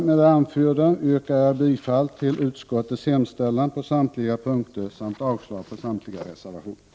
Med det anförda yrkar jag bifall till utskottets hemställan på samtliga punkter samt avslag på samtliga reservationer.